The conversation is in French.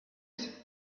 vite